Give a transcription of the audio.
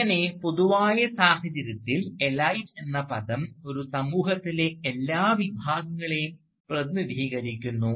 അങ്ങനെ പൊതുവായ സാഹചര്യത്തിൽ എലൈറ്റ് എന്ന പദം ഒരു സമൂഹത്തിലെ എല്ലാ വിഭാഗങ്ങളെയും പ്രതിനിധീകരിക്കുന്നു